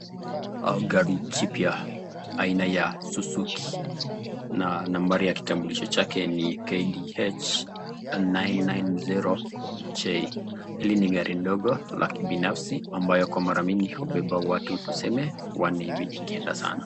Hao gari jipya aina ya Suzuki na nambari ya kitambulisho chake ni KDH 990J. Hili ni gari ndogo la kibinafsi ambayo kwa mara mingi hubeba watu tuseme wanne hivi ikienda sanaa.